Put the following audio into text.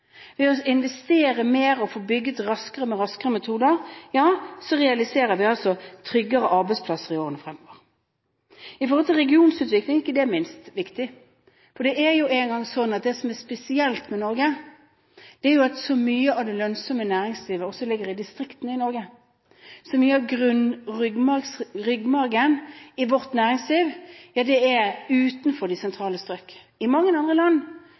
Ved å investere mer og få bygget raskere med raskere metoder realiserer vi altså tryggere arbeidsplasser i årene fremover. Det er ikke minst viktig når det gjelder regionutvikling, for det som er spesielt med Norge, er jo at så mye av det lønnsomme næringslivet også ligger i distriktene. Så mye av ryggraden i vårt næringsliv er utenfor de sentrale strøk. I mange andre land